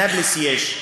בנבלוס יש.